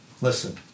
Listen